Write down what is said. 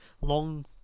long